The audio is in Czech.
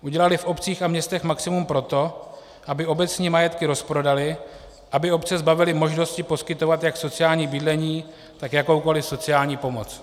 Udělaly v obcích a městech maximum pro to, aby obecní majetky rozprodaly, aby obce zbavily možnosti poskytovat jak sociální bydlení, tak jakoukoliv sociální pomoc.